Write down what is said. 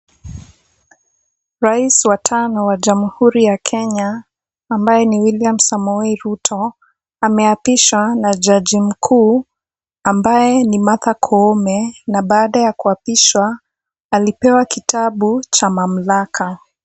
Rais wa tano wa jamhuri ya Kenya ambaye ni William Samoei Ruto ameapishwa na jaji mkuu ambaye ni Martha Koome na baada ya kuapishwa alipewa kitabu cha mamlaka.